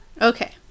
Okay